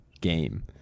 game